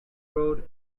road